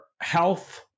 health